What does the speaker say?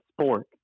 sport